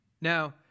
Now